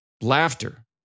laughter